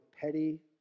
petty